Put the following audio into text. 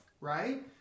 right